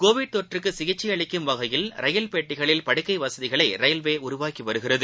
Covid தொற்றுக்குசிகிச்சைஅளிக்கும் வகையில் rail பெட்டிகளின் படுக்கைவசதிகளைரயில்வேஉருவாக்கிவருகிறது